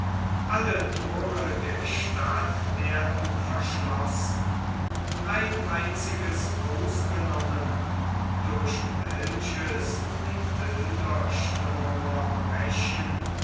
alle thore der stadt werden verschlossen ein einziges ausgenommen durch welches die bilderstürmer brechen